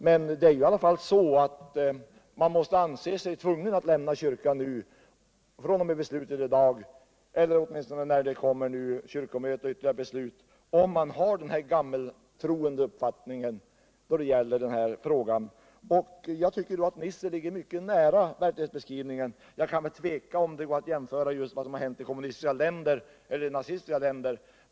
Men man måste anse sig tvungen att lämna kyrkan nu fr. o, m. beslutet i dag, eller när det kommer ytterligare beslut från kyrkomötet och riksdagen, om man har den gammaltroende uppfattningen. Jag tycker att Per-Erik Nisser kom mycket nära verkligheten i sin beskrivning. Jag är tveksam om man kan jämföra med vad som har hänt i kommunistiska eller nazistiska länder.